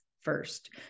first